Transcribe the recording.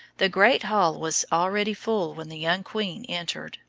the great hall was already full when the young queen entered.